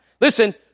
Listen